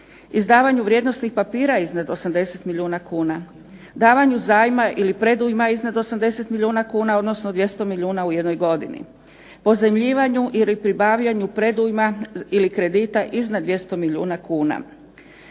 izdavanju vrijednosnih papira iznad 80 milijuna kuna, davanju zajma ili predujma iznad 80 milijuna kuna odnosno 200 milijuna u jednog godini, pozajmljivanju ili pribavljanju predujma ili kredita iznad 200 milijuna kuna,